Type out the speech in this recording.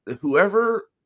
whoever